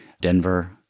Denver